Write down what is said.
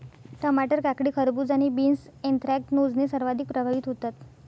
टमाटर, काकडी, खरबूज आणि बीन्स ऍन्थ्रॅकनोजने सर्वाधिक प्रभावित होतात